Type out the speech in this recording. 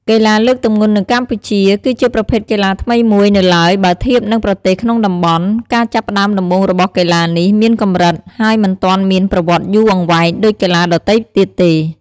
កីឡាលើកទម្ងន់នៅកម្ពុជាគឺជាប្រភេទកីឡាថ្មីមួយនៅឡើយបើធៀបនឹងប្រទេសក្នុងតំបន់។ ការចាប់ផ្តើមដំបូងរបស់កីឡានេះមានកម្រិត ហើយមិនទាន់មានប្រវត្តិយូរអង្វែងដូចកីឡាដទៃទៀតទេ។